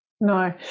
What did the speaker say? No